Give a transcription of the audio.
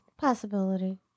Possibility